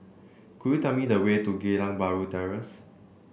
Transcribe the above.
could you tell me the way to Geylang Bahru Terrace